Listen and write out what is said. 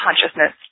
consciousness